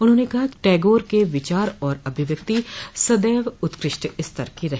उन्होने कहा कि टैगोर के विचार और अभिव्यक्ति सदैव उत्कृष्ट स्तर के रहे